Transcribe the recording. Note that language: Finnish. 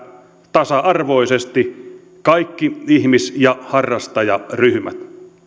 tasa arvoisesti kaikki ihmis ja harrastajaryhmät